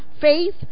faith